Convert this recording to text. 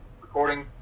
recording